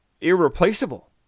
irreplaceable